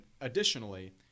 Additionally